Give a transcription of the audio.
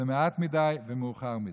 זה מעט מדי ומאוחר מדי.